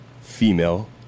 female